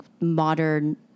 modern